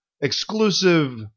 exclusive